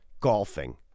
golfing